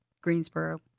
Greensboro